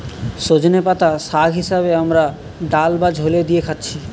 সজনের পাতা শাগ হিসাবে আমরা ডাল বা ঝোলে দিয়ে খাচ্ছি